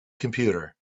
computer